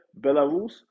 Belarus